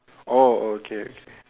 oh oh okay okay